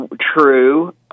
True